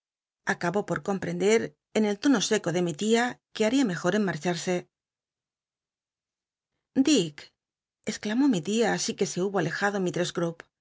acabó por comprender en el tono seco de mi tia que ihii'ia mejor en marcharse dick exclamó mi lía así que se hubo alejad